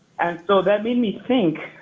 and so that made me think,